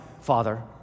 Father